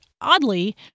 oddly